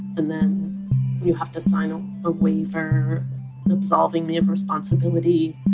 and then you have to sign um a waiver absolving me of responsibility